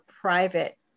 private